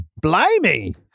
blimey